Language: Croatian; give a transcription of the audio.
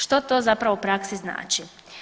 Što to zapravo u praksi znači?